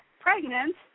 pregnant